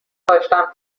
داشتم